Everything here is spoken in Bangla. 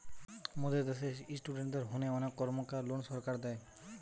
মোদের দ্যাশে ইস্টুডেন্টদের হোনে অনেক কর্মকার লোন সরকার দেয়